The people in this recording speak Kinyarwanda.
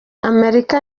amerika